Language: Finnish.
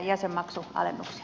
arvoisa puhemies